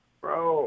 Bro